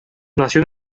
nació